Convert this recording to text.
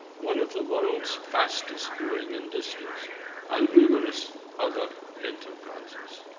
one of the world's fastest growing industries and numerous other enterprises.